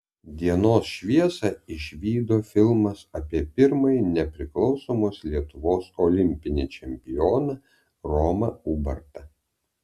dienos šviesą išvyko filmas apie pirmąjį nepriklausomos lietuvos olimpinį čempioną romą ubartą